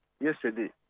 yesterday